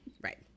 Right